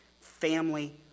family